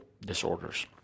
disorders